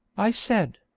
i said